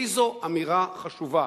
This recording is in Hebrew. איזו אמירה חשובה.